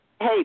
Hey